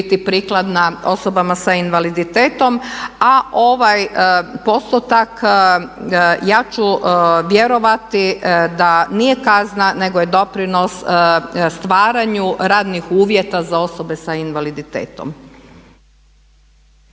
mogla biti prikladna osobama sa invaliditetom, a ovaj postotak ja ću vjerovati da nije kazna nego je doprinos stvaranju radnih uvjeta za osobe sa invaliditetom.